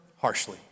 harshly